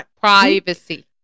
Privacy